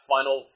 Final